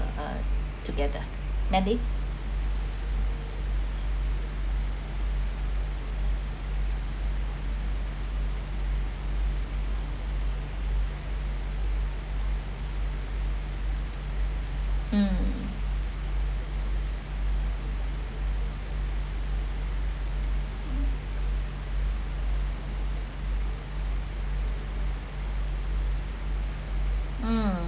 uh together mandy um um